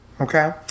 Okay